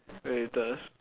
latest